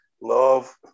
love